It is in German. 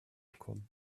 kommen